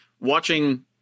watching